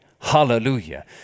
Hallelujah